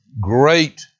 great